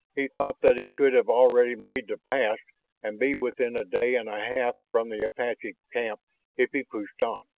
he thought that he could have already made the pass and be within a day and a half from the apache camp if he pushed on,